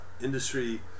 industry